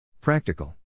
Practical